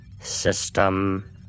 system